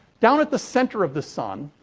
down at the center of the sun,